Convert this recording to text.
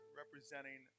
representing